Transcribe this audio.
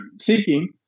seeking